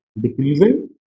decreasing